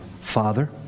father